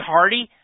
Hardy